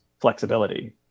flexibility